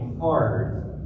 hard